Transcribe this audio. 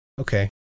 Okay